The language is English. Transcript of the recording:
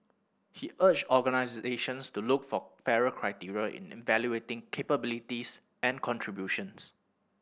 he urged organisations to look for fairer criteria in evaluating capabilities and contributions